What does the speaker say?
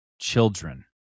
children